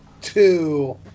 two